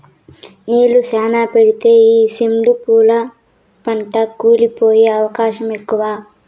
నీళ్ళు శ్యానా పెడితే ఈ సెండు పూల పంట కుళ్లి పోయే అవకాశం ఎక్కువ